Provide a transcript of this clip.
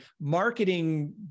marketing